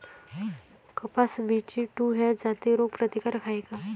कपास BG two ह्या जाती रोग प्रतिकारक हाये का?